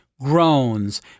groans